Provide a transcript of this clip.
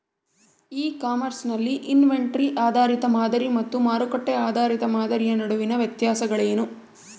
E commerce ನಲ್ಲಿ inventory ಆಧಾರಿತ ಮಾದರಿ ಮತ್ತು ಮಾರುಕಟ್ಟೆ ಆಧಾರಿತ ಮಾದರಿಯ ನಡುವಿನ ವ್ಯತ್ಯಾಸಗಳೇನು?